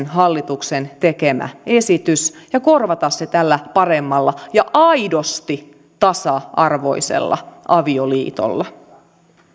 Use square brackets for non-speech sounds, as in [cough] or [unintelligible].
[unintelligible] hallituksen tekemä esitys ja korvata se tällä paremmalla ja aidosti tasa arvoisella avioliitolla